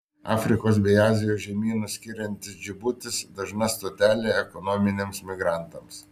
afrikos bei azijos žemynus skiriantis džibutis dažna stotelė ekonominiams migrantams